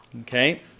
Okay